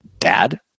dad